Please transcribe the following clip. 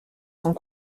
sans